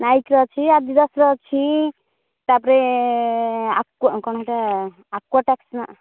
ନାୟିକର ଅଛି ଆଡ଼ିଡାସର ଅଛି ତାପରେ ଆକ୍ବା କ'ଣ ସେଇଟା ଆକ୍ବାଟାକ୍ସ ନା